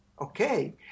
Okay